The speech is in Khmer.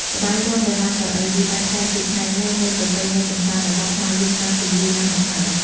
ល្បែងរាំដណ្តើមកៅអីគ្នានេះ បានក្លាយជាផ្នែកមួយនៃប្រពៃណីកម្សាន្តរបស់ខ្មែរយើងតាំងពីយូរណាស់មកហើយ។